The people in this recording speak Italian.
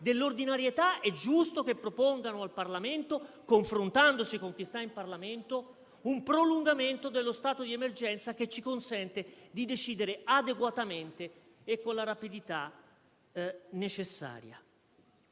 dell'ordinarietà, è giusto che propongano al Parlamento, confrontandosi con chi sta in Parlamento, un prolungamento dello stato di emergenza, che ci consenta di decidere adeguatamente e con la rapidità necessaria.